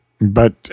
But